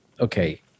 okay